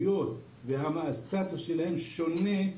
היות והסטטוס שלהן שונה,